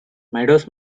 meadows